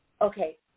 okay